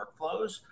workflows